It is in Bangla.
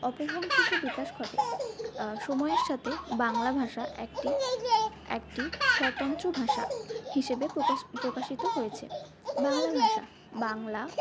অপভ্রংশ বিকাশ ঘটে সময়ের সাথে বাংলা ভাষা একটি একটি স্বতন্ত্র ভাষা হিসাবে প্রকাশ প্রকাশিত হয়েছে বাংলা ভাষা বাংলা